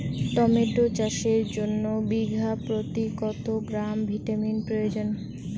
Tomato চাষের জন্য বিঘা প্রতি কত গ্রাম ভিটামিন প্রয়োজন?